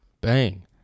Bang